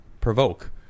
provoke